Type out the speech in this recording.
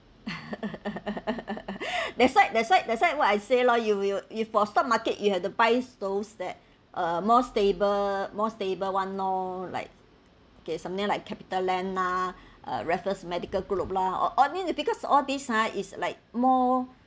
that's why that's why that's why what I say loh you will if for stock market you had the buys those that uh more stable more stable one lor like okay something like Capitaland lah uh raffles medical group lah all all this because all these ah is like more